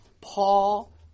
Paul